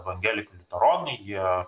evangelikai liuteronai jie